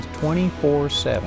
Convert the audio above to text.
24-7